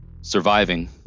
surviving